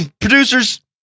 producers